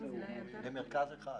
למרכז אחד.